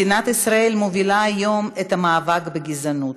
מדינת ישראל מובילה היום את המאבק בגזענות.